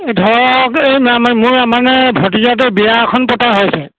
এই ধৰক এই নামে মোৰ মানে ভটিজাটোৰ বিয়া এখন পতা হৈছে